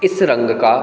इस रंग का